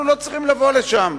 אנחנו לא צריכים לבוא לשם,